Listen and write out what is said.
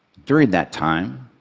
during that time,